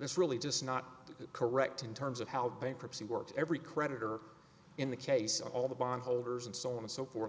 it's really just not correct in terms of how bankruptcy works every creditor in the case of all the bondholders and so on and so forth